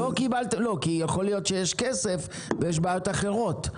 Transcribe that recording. לא, כי יכול להיות שיש כסף ויש בעיות אחרות.